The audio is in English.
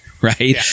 Right